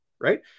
right